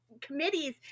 committees